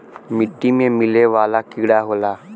मिट्टी में मिले वाला कीड़ा होला